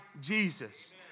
Jesus